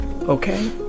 okay